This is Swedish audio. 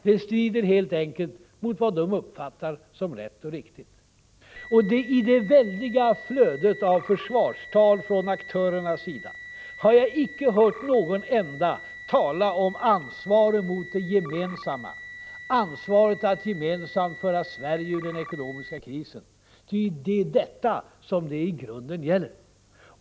Det strider helt enkelt mot vad de uppfattar som rätt och riktigt. I det väldiga flödet av försvarstal från aktörernas sida har jag icke hört någon enda tala om ansvaret mot det gemensamma, ansvaret att gemensamt föra Sverige ur den ekonomiska krisen. Det är i grunden detta som det gäller.